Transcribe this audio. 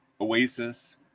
Oasis